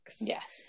yes